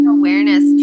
awareness